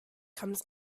comes